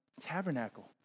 Tabernacle